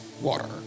water